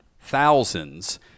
thousands